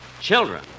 Children